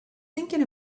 thinking